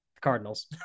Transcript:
cardinals